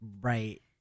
Right